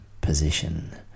position